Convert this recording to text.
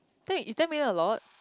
then is ten million a lot